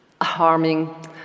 harming